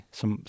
som